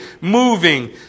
moving